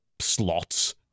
slots